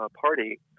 party